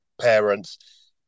parents